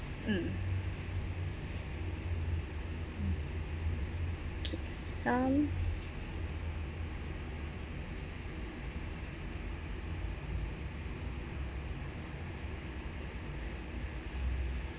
mm some